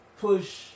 push